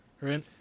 Right